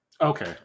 Okay